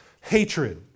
hatred